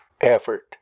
effort